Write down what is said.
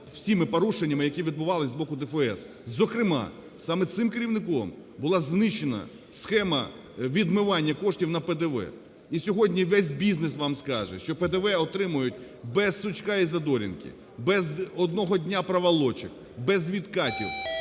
всіма порушеннями, які відбувалися з боку ДФС. Зокрема, саме цим керівником була знищена схема відмивання коштів на ПДВ. І сьогодні весь бізнес вам скаже, що ПДВ отримують без сучка і задоринки, без одного дняпроволочок, безвідкатів